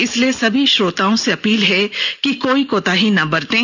इसलिए सभी श्रोताओं से अपील है कि कोई भी कोताही ना बरतें